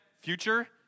future